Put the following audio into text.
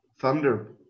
Thunder